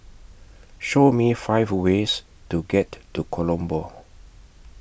Show Me five ways to get to Colombo